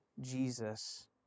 Jesus